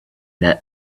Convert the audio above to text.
that